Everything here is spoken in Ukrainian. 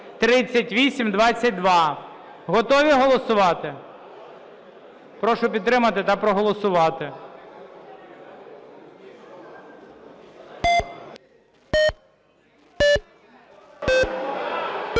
Готові голосувати? Прошу підтримати та проголосувати.